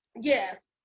Yes